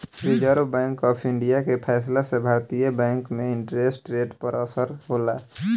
reserve Bank of India के फैसला से भारतीय बैंक में इंटरेस्ट रेट पर असर होला